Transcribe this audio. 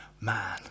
man